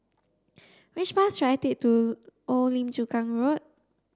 which bus should I take to Old Lim Chu Kang Road